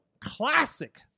classic